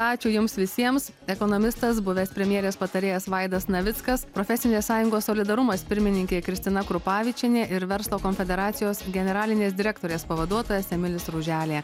ačiū jums visiems ekonomistas buvęs premjerės patarėjas vaidas navickas profesinės sąjungos solidarumas pirmininkė kristina krupavičienė ir verslo konfederacijos generalinės direktorės pavaduotojas emilis ruželė